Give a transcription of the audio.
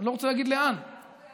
לא, אבל ההרוג היה